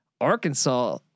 Arkansas